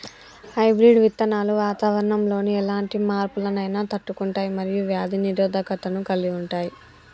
hybrid విత్తనాలు వాతావరణంలోని ఎలాంటి మార్పులనైనా తట్టుకుంటయ్ మరియు వ్యాధి నిరోధకతను కలిగుంటయ్